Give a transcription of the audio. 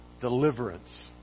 deliverance